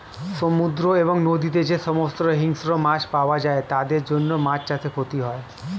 সমুদ্র এবং নদীতে যে সমস্ত হিংস্র মাছ পাওয়া যায় তাদের জন্য মাছ চাষে ক্ষতি হয়